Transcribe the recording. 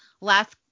last